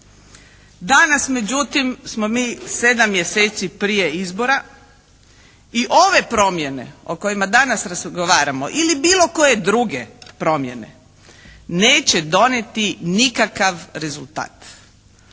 Danas međutim smo mi 7 mjeseci prije izbora i ove promjene o kojima danas razgovaramo ili bilo koje druge promjene neće donijeti nikakav rezultat.